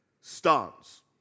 stance